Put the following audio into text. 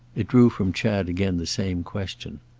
it drew from chad again the same question.